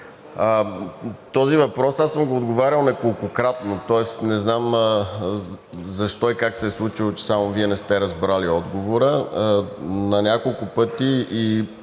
този въпрос съм отговарял неколкократно, тоест не знам защо и как се е случило, че само Вие не сте разбрали отговора. Ако прочетете